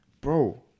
bro